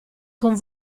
con